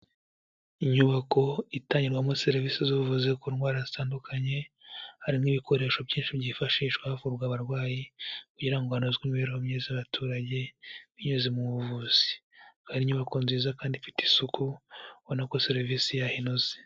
Inyubako itangirwagwamo serivisi z'ubuvuzi ku ndwara zitandukanye, harimo ibikoresho byinshi byifashishwa havurwa abarwayi kugira ngo hanozwe imibereho myiza y'abaturage binyuze mu buvuzi, hari inyubako nziza kandi ifite isuku, ubona ko serivisi yaho inoze.